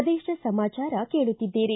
ಪ್ರದೇಶ ಸಮಾಚಾರ ಕೇಳುತ್ತಿದ್ದೀರಿ